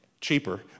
Cheaper